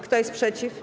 Kto jest przeciw?